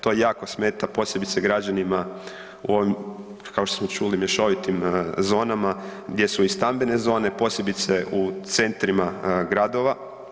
To jako smeta posebice građanima u ovim kao što smo čuli mješovitim zonama gdje su i stambene zone, posebice u centrima gradova.